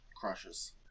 crushes